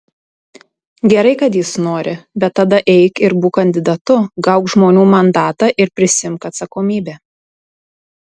gerai kad jis nori bet tada eik ir būk kandidatu gauk žmonių mandatą ir prisiimk atsakomybę